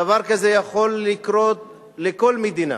דבר כזה יכול לקרות לכל מדינה,